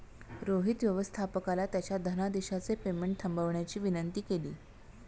रोहित व्यवस्थापकाला त्याच्या धनादेशचे पेमेंट थांबवण्याची विनंती केली